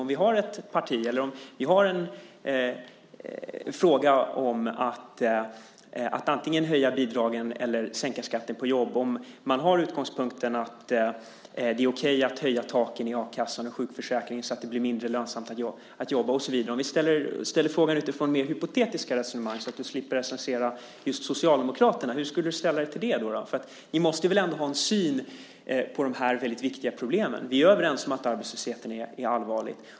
Om vi har en fråga om att antingen höja bidragen eller sänka skatten på jobb och man har utgångspunkten att det är okej att höja taken i a-kassan och sjukförsäkringen så att det blir mindre lönsamt att jobba, hur skulle du ställa dig till det? Jag ställer frågan utifrån det mer hypotetiska resonemanget så att du slipper recensera just Socialdemokraterna. Ni måste väl ändå ha en syn på de här väldigt viktiga problemen. Vi är överens om att arbetslösheten är allvarlig.